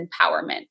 empowerment